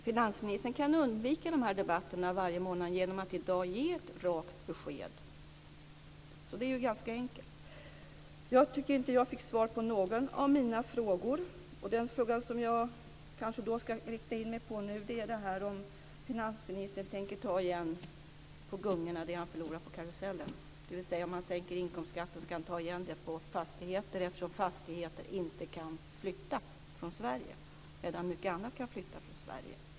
Fru talman! Finansministern kan undvika dessa debatter varje månad genom att i dag ge ett rakt besked. Det är ganska enkelt. Jag tycker inte att jag fick svar på någon av mina frågor. Den fråga som jag ska rikta in mig på nu är frågan om finansministern tänker ta igen på gungorna det han förlorar på karusellen, dvs. om han ska ta igen en sänkning på inkomstskatten på fastigheter. Fastigheter kan ju inte flytta från Sverige, medan mycket annat kan flytta från Sverige.